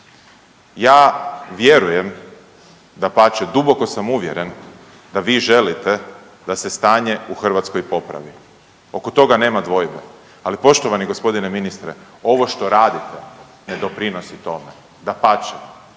ja vjerujem, dapače duboko sam uvjeren da vi želite da se stanje u Hrvatskoj popravi, oko toga nema dvojbe, ali poštovani g. ministre ovo što radite ne doprinosi tome, dapače,